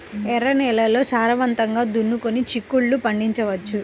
ఎర్ర నేలల్లో సారవంతంగా దున్నుకొని చిక్కుళ్ళు పండించవచ్చు